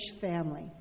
family